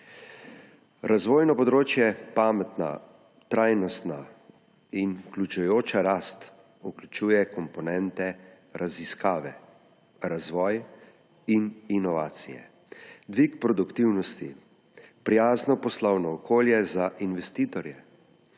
Razvojno področje: pametna, trajnostna in vključujoča rast vključuje komponente raziskave, razvoj in inovacije: dvig produktivnosti, prijazno poslovno okolje za investitorje,